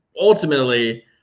ultimately –